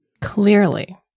Clearly